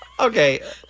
Okay